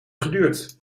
geduurd